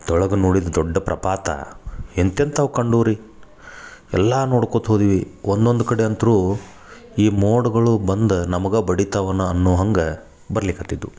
ಕೆಳಗ ನೋಡಿದ್ರ ದೊಡ್ಡ ಪ್ರಪಾತ ಎಂತ ಎಂಥಾವ್ ಕಂಡೂವ್ ರೀ ಎಲ್ಲಾ ನೋಡ್ಕೋತ ಹೋದ್ವಿ ಒನ್ನೊಂದು ಕಡೆ ಅಂತ್ರೂ ಈ ಮೋಡ್ಗಳು ಬಂದ ನಮ್ಗ ಬಡಿತಾವನ ಅನ್ನೋ ಹಂಗೆ ಬರಲಿಕತ್ತಿತ್ತು